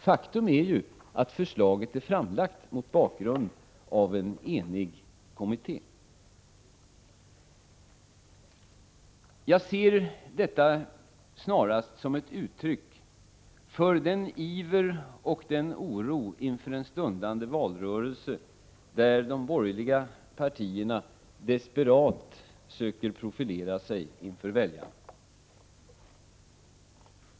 Faktum är ju att förslaget är framlagt mot bakgrund av en enig kommitté. Jag ser detta snarast som ett uttryck för en iver och en oro inför den stundande valrörelsen, där de borgerliga partierna desperat söker profilera sig inför väljarna.